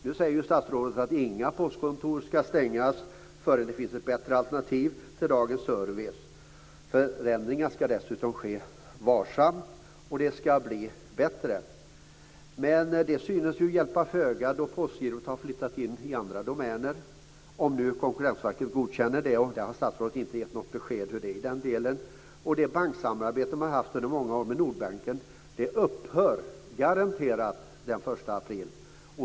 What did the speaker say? Nu säger statsrådet att inga postkontor ska stängas förrän det finns ett bättre alternativ till dagens service. Förändringar ska dessutom ske varsamt, och det ska bli bättre. Men det synes ju hjälpa föga då postgirot har flyttat in i andra domäner, om nu Konkurrensverket godkänner det, och statsrådet har inte givit något besked om hur det är i den delen. Det banksamarbete man haft med Nordbanken under många år upphör garanterat den 1 april.